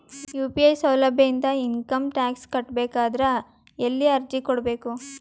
UPI ಸೌಲಭ್ಯ ಇಂದ income tax ಕಟ್ಟಬೇಕಾದರ ಎಲ್ಲಿ ಅರ್ಜಿ ಕೊಡಬೇಕು?